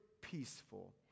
peaceful